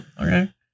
okay